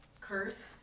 curse